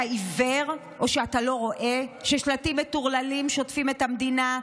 אתה עיוור או שאתה לא רואה ששלטים מטורללים שוטפים את המדינה,